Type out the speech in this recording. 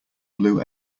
blue